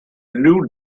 new